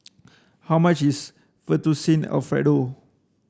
how much is Fettuccine Alfredo